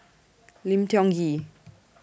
Lim Tiong Ghee